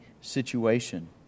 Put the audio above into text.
situation